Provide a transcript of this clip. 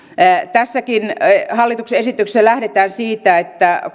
tässäkin hallituksen esityksessä lähdetään siitä että